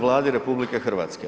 Vladi RH.